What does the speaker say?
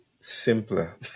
simpler